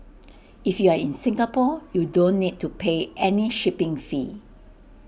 if you are in Singapore you don't need to pay any shipping fee